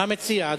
מה השר מציע?